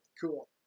Cool